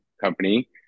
company